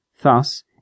Thus